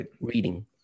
reading